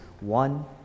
One